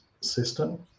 system